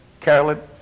Carolyn